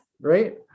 right